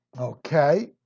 Okay